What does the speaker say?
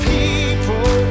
People